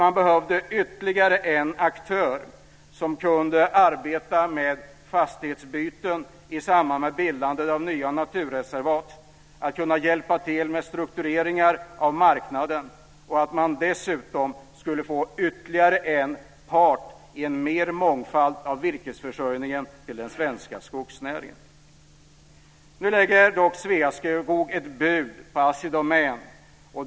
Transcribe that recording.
Man behövde ytterligare en aktör som kunde arbeta med fastighetsbyten i samband med bildandet av nya naturreservat, att kunna hjälpa till med struktureringar av marknaden och att man dessutom skulle få ytterligare en part i en större mångfald av virkesförsörjningen till den svenska skogsnäringen. Nu lägger dock Sveaskog ett bud på Assi Domän.